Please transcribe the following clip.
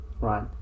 Right